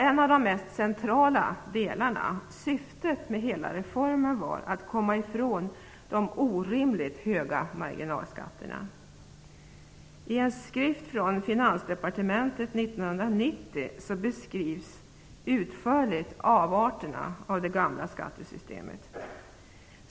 En av de mest centrala delarna - syftet med hela reformen - var att komma ifrån de orimligt höga marginalskatterna. I en skrift från Finansdepartementet 1990 beskrivs utförligt avarterna av det gamla skattesystemet.